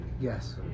yes